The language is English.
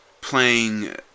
playing